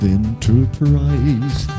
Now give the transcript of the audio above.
enterprise